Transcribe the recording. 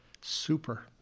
Super